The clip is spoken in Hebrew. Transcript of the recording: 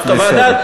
בסדר.